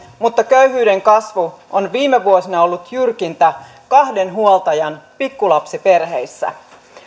mutta köyhyyden kasvu on viime vuosina ollut jyrkintä kahden huoltajan pikkulapsiperheissä